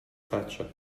faccia